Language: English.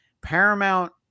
paramount